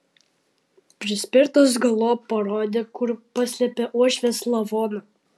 prispirtas galop parodė kur paslėpė uošvės lavoną